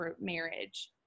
marriage